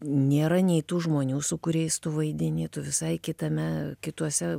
nėra nei tų žmonių su kuriais tu vaidini tu visai kitame kituose